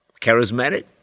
charismatic